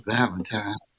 Valentine